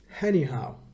Anyhow